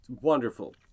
Wonderful